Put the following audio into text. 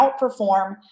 outperform